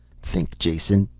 think, jason,